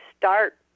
start